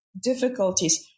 difficulties